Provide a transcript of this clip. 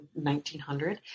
1900